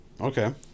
okay